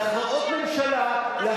להכרעות ממשלה, אתה מתבלבל.